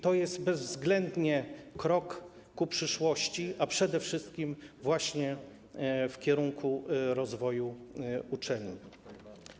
To jest bezwzględnie krok ku przyszłości, przede wszystkim właśnie w kierunku rozwoju uczelni.